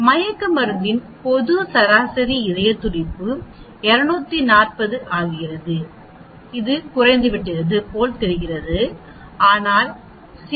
மயக்க மருந்தின் போது சராசரி இதய துடிப்பு 240 ஆகிறது அது குறைந்துவிட்டது போல் தெரிகிறது ஆனால் சி